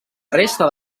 resta